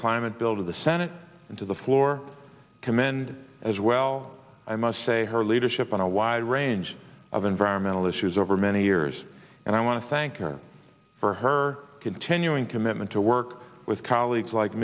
climate bill to the senate and to the floor commend as well i must say her leadership on a wide range of environmental issues over many years and i want to thank her for her continuing commitment to work with colleagues like